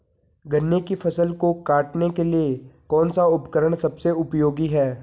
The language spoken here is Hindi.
गन्ने की फसल को काटने के लिए कौन सा उपकरण सबसे उपयोगी है?